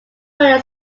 red